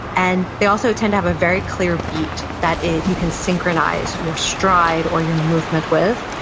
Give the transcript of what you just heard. and they also tend to have a very clear beat that you can synchronize your stride or your movement with.